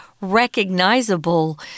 recognizable